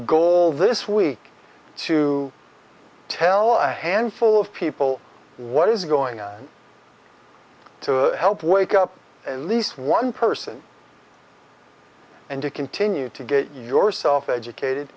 goal this week to tell and handful of people what is going on to help wake up and least one person and to continue to get yourself educated